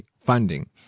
funding